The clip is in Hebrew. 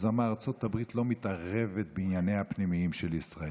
אז למה ארצות הברית לא מתערבת בענייניה הפנימיים של ישראל.